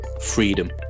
freedom